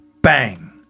Bang